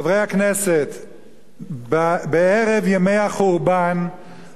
בערב ימי החורבן אני חייב למחות על דברי